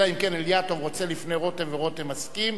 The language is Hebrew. אלא אם כן אילטוב רוצה לפני רותם ורותם מסכים.